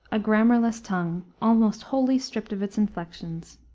a grammarless tongue, almost wholly stripped of its inflections.